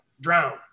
Drown